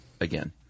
Again